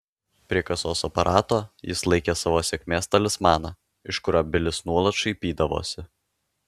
prie kasos aparato jis laikė savo sėkmės talismaną iš kurio bilis nuolat šaipydavosi